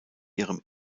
ihrem